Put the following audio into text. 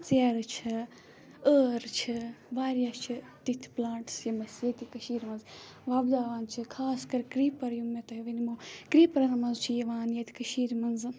ژیرٕ چھِ ٲر چھِ وارِیاہ چھِ تِتھۍ پٕلانٛٹٕس یِم اَسہِ ییٚتہِ کٔشیٖر منٛز وۄپداوان چھِ خاص کَر کریٖپَر یِم مےٚ تۄہہِ ؤنمو کِریٖپَرَن منٛز چھِ یِوان ییٚتہِ کٔشیٖر منٛز